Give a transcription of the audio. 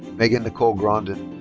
megan nicole grondin.